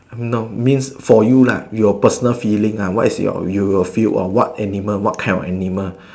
no means for you lah your personal feeling uh what's your you will feel or what animal what kind of animal